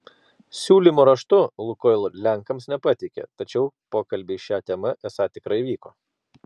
siūlymo raštu lukoil lenkams nepateikė tačiau pokalbiai šia tema esą tikrai vyko